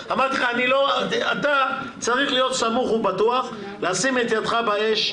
אתה צריך להיות סמוך ובטוח לשים את ידך באש,